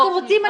אתם רוצים,